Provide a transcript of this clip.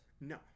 No